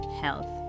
health